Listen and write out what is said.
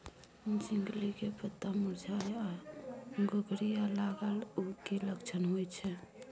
झिंगली के पत्ता मुरझाय आ घुघरीया लागल उ कि लक्षण होय छै?